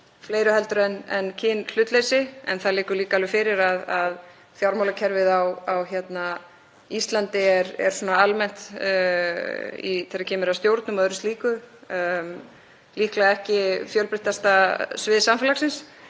fleiru en kynhlutleysi. En það liggur líka alveg fyrir að fjármálakerfið á Íslandi er svona almennt, þegar kemur að stjórnum og öðru slíku, ekki fjölbreyttasta svið samfélagsins.